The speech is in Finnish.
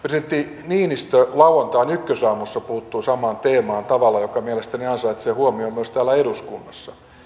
presidentti niinistö lauantain ykkösaamussa puuttui samaan teemaan tavalla joka mielestäni ansaitsee huomion myös täällä eduskunnassa